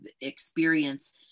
experience